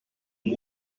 une